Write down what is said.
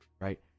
right